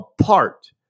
apart